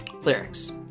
Lyrics